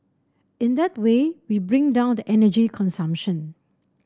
in that way we bring down the energy consumption